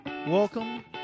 Welcome